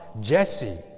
Jesse